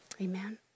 Amen